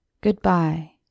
Goodbye